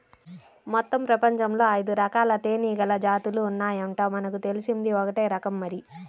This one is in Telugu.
మొత్తం పెపంచంలో ఐదురకాల తేనీగల జాతులు ఉన్నాయంట, మనకు తెలిసింది ఒక్కటే రకం మరి